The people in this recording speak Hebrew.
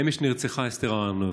אמש נרצחה אסתר אהרונוביץ'.